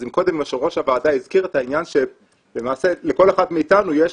אז אם קודם יושב ראש הוועדה הזכיר את העניין שלמעשה לכל אחד מאיתנו יש